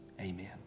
amen